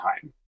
time